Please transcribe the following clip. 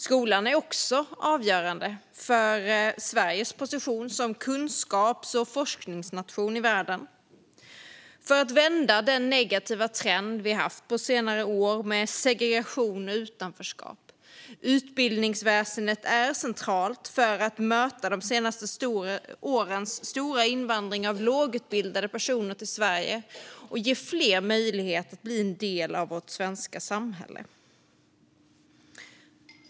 Skolan är också avgörande för Sveriges position som kunskaps och forskningsnation i världen och för att vända den negativa trend vi haft på senare år med segregation och utanförskap. Utbildningsväsendet är centralt för att möta de senaste årens stora invandring av lågutbildade personer och ge fler möjlighet att bli en del av vårt svenska samhälle.